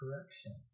correction